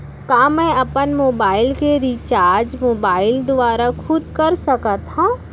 का मैं अपन मोबाइल के रिचार्ज मोबाइल दुवारा खुद कर सकत हव?